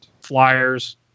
flyers